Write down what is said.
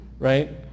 Right